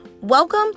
Welcome